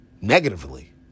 negatively